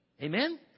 Amen